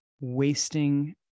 wasting